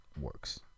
works